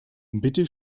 bitte